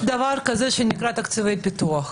מיוחדים ושירותי דת יהודיים): יש תקציבי פיתוח.